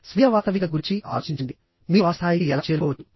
స్వీయ వాస్తవికత గురించి ఆలోచించండి మీరు ఆ స్థాయికి ఎలా చేరుకోవచ్చు